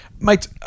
mate